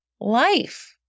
life